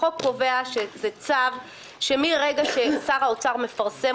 החוק קובע שזה צו שמרגע ששר האוצר מפרסם